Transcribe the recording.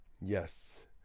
Yes